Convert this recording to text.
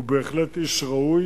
הוא בהחלט איש ראוי,